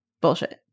bullshit